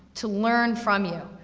to learn from you,